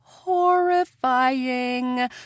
horrifying